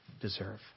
deserve